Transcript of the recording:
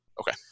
Okay